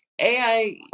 AI